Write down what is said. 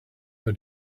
but